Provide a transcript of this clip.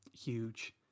huge